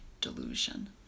delusion